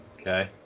Okay